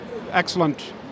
excellent